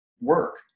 work